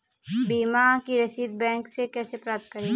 बीमा की रसीद बैंक से कैसे प्राप्त करें?